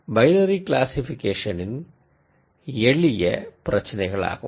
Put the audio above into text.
இவை பைனரி க்ளாசிக்பிகேஷனின் எளிய பிரச்சினைகளாகும்